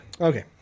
Okay